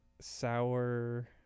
sour